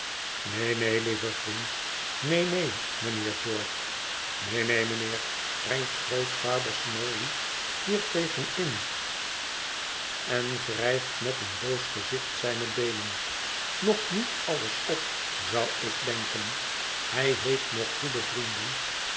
neen neen lieve vriend neen neen mijnheer george neen neen mijnheer brengt grootvader smallweed hiertegen in en wrijft met een loos gezicht zijne beenen nog niet alles op zou ik denken hij heeft nog goede vrienden